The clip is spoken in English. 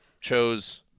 chose